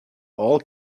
all